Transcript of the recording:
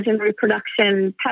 reproduction